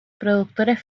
productores